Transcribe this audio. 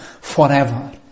forever